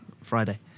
Friday